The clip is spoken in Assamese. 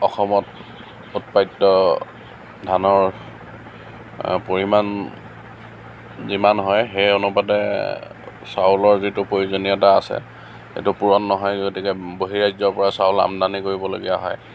অসমত উৎপাদিত ধানৰ পৰিমাণ যিমান হয় সেই অনুপাতে চাউলৰ যিটো প্ৰয়োজনীয়তা আছে সেইটো পূৰণ নহয় গতিকে বৰ্হি ৰাজ্যৰপৰা চাউল আমদানি কৰিবলগীয়া হয়